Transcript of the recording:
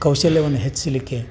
ಕೌಶಲ್ಯವನ್ನು ಹೆಚ್ಚಿಸ್ಲಿಕ್ಕೆ